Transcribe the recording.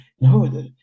No